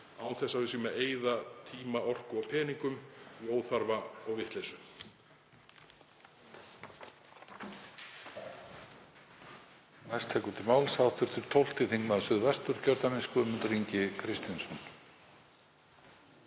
án þess að við séum að eyða tíma, orku og peningum í óþarfa og vitleysu.